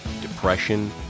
depression